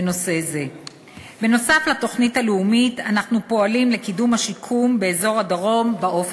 קיים פער בנושא השיקום בחלק מאזורי הארץ